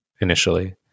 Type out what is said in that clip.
initially